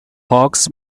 hawks